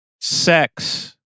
sex